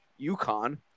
UConn